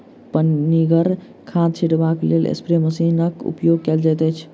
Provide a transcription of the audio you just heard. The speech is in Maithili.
पनिगर खाद छीटबाक लेल स्प्रे मशीनक उपयोग कयल जाइत छै